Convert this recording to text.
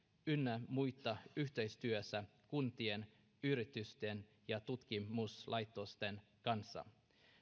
ynnä muita yhteistyössä kuntien yritysten ja tutkimuslaitosten kanssa